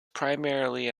primarily